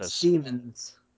demons